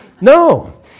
No